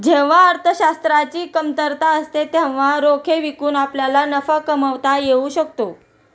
जेव्हा अर्थशास्त्राची कमतरता असते तेव्हा रोखे विकून आपल्याला नफा कमावता येऊ शकतो